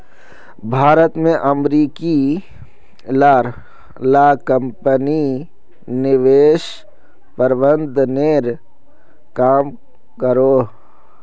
भारत में अमेरिकी ला कम्पनी निवेश प्रबंधनेर काम करोह